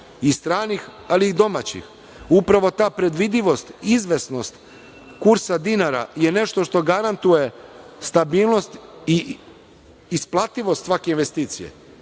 stranih, ali i domaćih. Upravo ta predvidivost i izvesnost kursa dinara je nešto što garantuje stabilnost i isplativost svake investicije.